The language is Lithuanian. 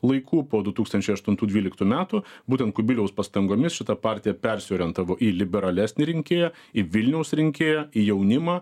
laikų po du tūkstančiai aštuntų dvyliktų metų būtent kubiliaus pastangomis šita partija persiorientavo į liberalesnį rinkėją į vilniaus rinkėją į jaunimą